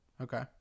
Okay